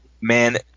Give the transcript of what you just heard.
Man –